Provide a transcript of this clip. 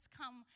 come